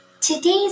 Today's